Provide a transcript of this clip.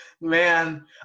Man